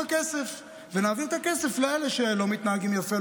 כסף ונעביר את כסף לאלה שלא מתנהגים יפה,